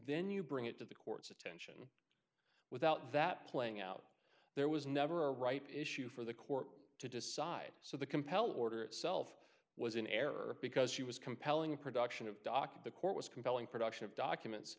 then you bring it to the court's attention without that playing out there was never a right issue for the court to decide so the compel order itself was in error because she was compelling a production of dock of the court was compelling production of documents